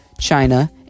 China